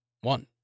One